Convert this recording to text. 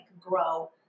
grow